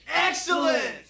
Excellent